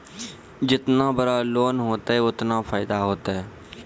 जेतना बड़ो लोन होतए ओतना फैदा होतए